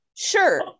sure